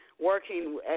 working